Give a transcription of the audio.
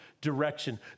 direction